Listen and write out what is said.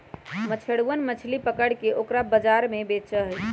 मछुरवन मछली पकड़ के ओकरा बाजार में बेचा हई